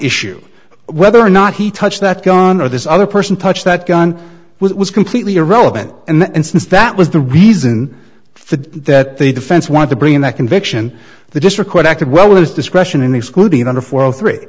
issue whether or not he touched that gun or this other person touched that gun was completely irrelevant and since that was the reason for that the defense wanted to bring in that conviction the district court acted well his discretion in excluding under four three